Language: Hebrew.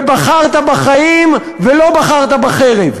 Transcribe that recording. ובחרת בחיים ולא ובחרת בחרב.